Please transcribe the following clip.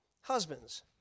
Husbands